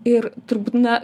ir turbūt na